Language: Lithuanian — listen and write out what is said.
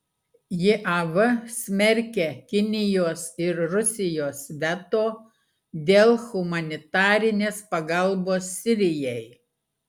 jav smerkia kinijos ir rusijos veto dėl humanitarinės pagalbos sirijai